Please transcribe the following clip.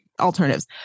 alternatives